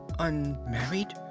Unmarried